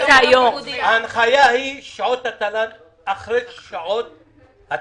ההנחיה היא ששעות התל"ן יהיו אחרי שעות התקן.